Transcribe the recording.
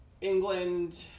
england